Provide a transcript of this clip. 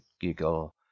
giggle